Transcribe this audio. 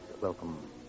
Welcome